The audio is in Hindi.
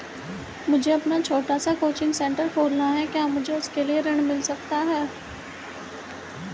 मुझे अपना छोटा सा कोचिंग सेंटर खोलना है क्या मुझे उसके लिए ऋण मिल सकता है?